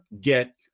get